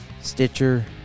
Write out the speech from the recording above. Stitcher